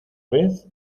red